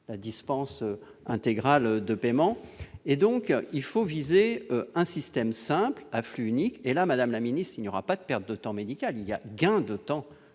la dispense intégrale de paiement. Il faut viser un système simple, à flux unique. Alors, madame la ministre, il n'y aura pas de perte de temps médical. Au contraire, il y aura gain de temps médical